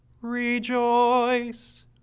Rejoice